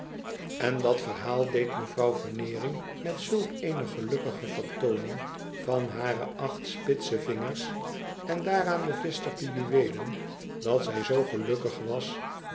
n dut verhaal deed mevrouw veneering met zulk eene gelukkige vertooning van hare acht spitse vingers en daaraan bevestigde juweelen dat zij zoo gelukkig was